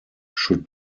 should